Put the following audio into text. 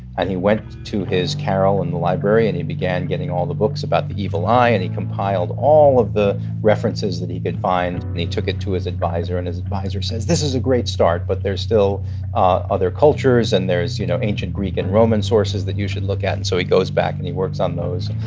and he went to his carrel in the library, and he began getting all the books about the evil eye, and he compiled all of the references that he could find. and he took it to his adviser, and his adviser says, this is a great start, but there are still other cultures and there is, you know, ancient greek and roman sources that you should look at. and so he goes back, and he works on those.